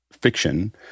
Fiction